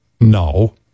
No